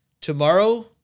tomorrow